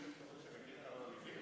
יש אפשרות שאני,